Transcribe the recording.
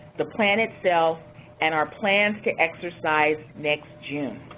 the plan itself and our plans to exercise next june.